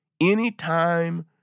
Anytime